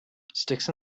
sticks